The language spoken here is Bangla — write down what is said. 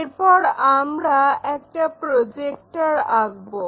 এরপর আমরা একটা প্রজেক্টর আঁকবো